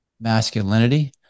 masculinity